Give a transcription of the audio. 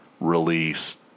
release